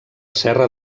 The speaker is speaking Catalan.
serra